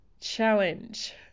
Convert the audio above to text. challenge